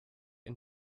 and